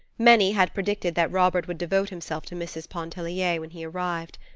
many had predicted that robert would devote himself to mrs. pontellier when he arrived.